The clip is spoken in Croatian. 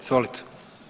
Izvolite.